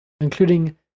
including